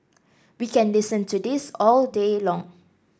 we can listen to this all day long